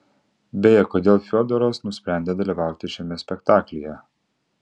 beje kodėl fiodoras nusprendė dalyvauti šiame spektaklyje